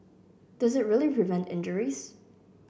does it really prevent injuries